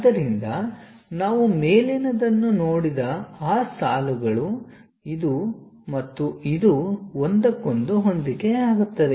ಆದ್ದರಿಂದ ನಾವು ಮೇಲಿನದನ್ನು ನೋಡಿದ ಆ ಸಾಲುಗಳು ಇದು ಮತ್ತು ಇದು ಒಂದಕ್ಕೊಂದು ಹೊಂದಿಕೆಯಾಗುತ್ತದೆ